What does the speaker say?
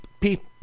people